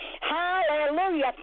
hallelujah